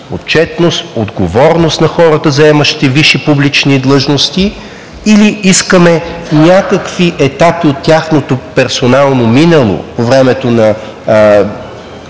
отчетност, отговорност на хората, заемащи висши публични длъжности, или искаме някакви етапи от тяхното персонално минало, времето на